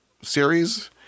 series